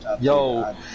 yo